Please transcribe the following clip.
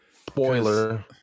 spoiler